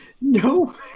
no